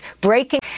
Breaking